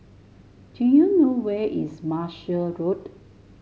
do you know where is Martia Road